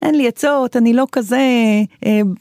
אין לי הצעות, אני לא כזה...